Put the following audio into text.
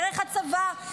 דרך הצבא,